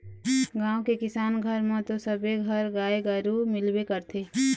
गाँव के किसान घर म तो सबे घर गाय गरु मिलबे करथे